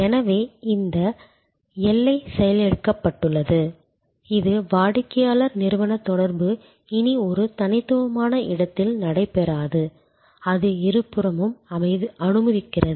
எனவே இந்த எல்லை செயலிழக்கப்பட்டது இது வாடிக்கையாளர் நிறுவன தொடர்பு இனி ஒரு தனித்துவமான இடத்தில் நடைபெறாது அது இருபுறமும் அனுமதிக்கிறது